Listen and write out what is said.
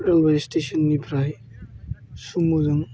railway स्टेसननिफ्राय सुम'जों